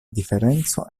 diferenco